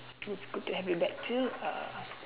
it's good to have you back too uh